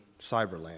cyberland